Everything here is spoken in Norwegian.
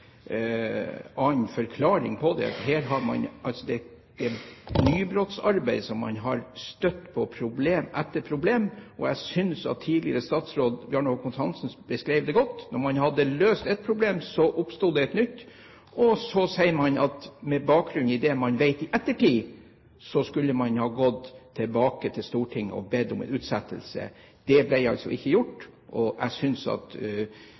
annen forklaring på det. Her har man i et nybrottsarbeid støtt på problem etter problem. Jeg synes at tidligere statsråd Bjarne Håkon Hanssen beskrev det godt: Når man hadde løst ett problem, oppsto det et nytt. Så sier man at med bakgrunn i det man vet i ettertid, skulle man ha gått tilbake til Stortinget og bedt om utsettelse. Det ble altså ikke gjort. Jeg synes at